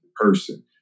person